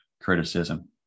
criticism